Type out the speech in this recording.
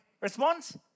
response